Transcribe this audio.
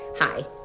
Hi